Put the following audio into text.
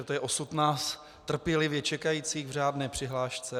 To je osud nás trpělivě čekajících v řádné přihlášce.